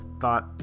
thought